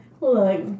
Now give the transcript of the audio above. Look